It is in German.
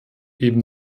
eben